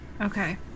Okay